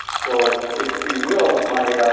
so if you will, my